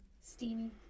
Steamy